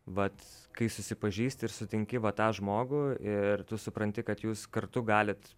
vat kai susipažįsti ir sutinki va tą žmogų ir tu supranti kad jūs kartu galit